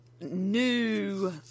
new